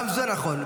גם זה נכון.